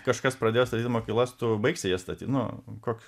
kažkas pradėjo statyt mokyklas tu baigsi jas statyt nu koks